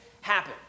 happen